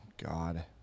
god